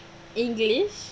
english